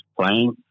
playing